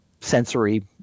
sensory